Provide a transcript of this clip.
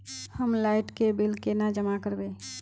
हम लाइट के बिल केना जमा करबे?